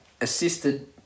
Assisted